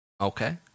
Okay